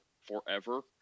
forever